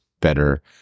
better